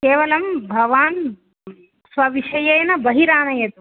केवलं भवान् स्वविषयेन बहिरानयति